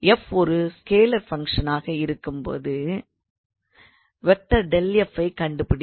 f ஒரு scalar ஃபங்க்ஷனாக இருக்கும்போது ஐ கண்டுபிடி